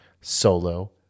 Solo